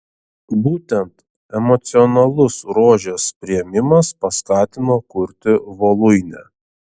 būtent emocionalus rožės priėmimas paskatino kurti voluinę